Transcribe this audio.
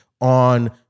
on